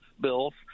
bills